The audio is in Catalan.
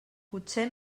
potser